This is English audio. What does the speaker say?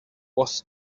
was